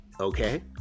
Okay